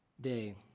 day